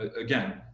again